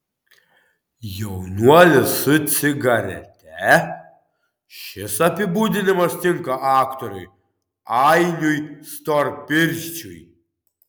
jaunuolis su cigarete šis apibūdinimas tinka aktoriui ainiui storpirščiui